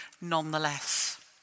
nonetheless